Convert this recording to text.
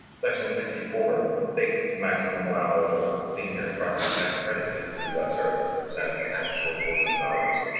section sixty four states that the maximum allowable senior property tax credit is the lesser of fifty percent of the tax or four hundred dollars.